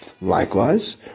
Likewise